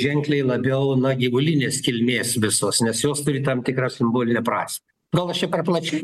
ženkliai labiau na gyvulinės kilmės visos nes jos turi tam tikrą simbolinę prasmę gal aš čia per plačiai